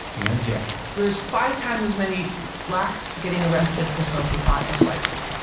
and yet, there's five times as many blacks getting arrested for smoking pot as whites.